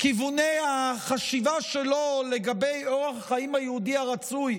כיווני החשיבה שלו לגבי אורח החיים היהודי הרצוי,